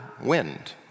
wind